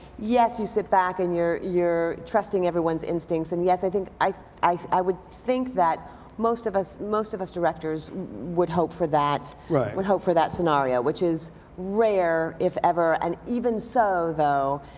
yes you sit back and you're you're trusting everyone's instincts, and yes i think i i would think that most of us most of us directors would hope for that. right. would hope for that scenario, which is rare, if ever, and even so though.